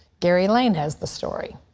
gary lane has the story.